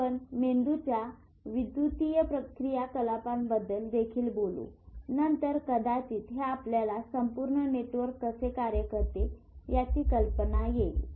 आपण मेंदूच्या विद्युतीय क्रियाकलापांबद्दल देखील बोलू नंतर कदाचित हे आपल्याला संपूर्ण नेटवर्क कसे कार्य करते याची कल्पना येईल